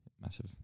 Massive